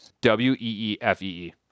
W-E-E-F-E-E